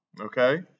Okay